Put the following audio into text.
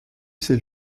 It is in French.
ces